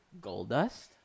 Goldust